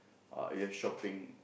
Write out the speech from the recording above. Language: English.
or you have shopping